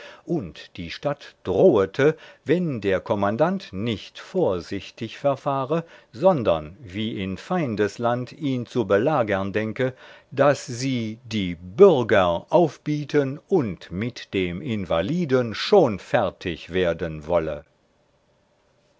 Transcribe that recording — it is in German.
und die stadt drohete wenn der kommandant nicht vorsichtig verfahre sondern wie in feindes land ihn zu belagern denke daß sie die bürger aufbieten und mit dem invaliden schon fertig werden wolle